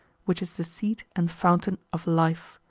which is the seat and fountain of life,